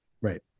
Right